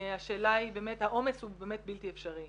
השאלה היא באמת --- העומס הוא באמת בלתי אפשרי.